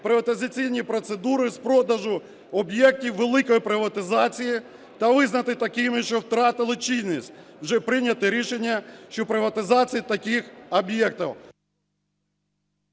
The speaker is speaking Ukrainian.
приватизаційні процедури з продажу об'єктів великої приватизації, та визнати такими, що втратили чинність вже прийняті рішення щодо приватизації таких об'єктів.